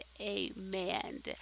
amen